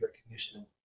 recognition